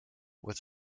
with